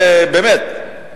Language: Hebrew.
באמת,